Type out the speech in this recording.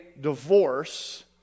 divorce